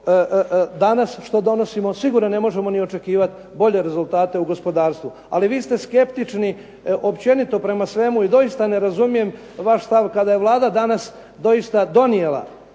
danas što donosimo sigurno ne možemo ni očekivati bolje rezultate u gospodarstvu. Ali vi ste skeptični općenito prema svemu i doista ne razumijem vaš stav kada je Vlada danas doista donijela